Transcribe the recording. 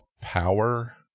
power